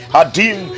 Hadim